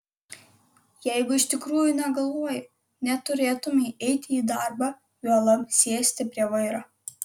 jeigu iš tikrųjų negaluoji neturėtumei eiti į darbą juolab sėsti prie vairo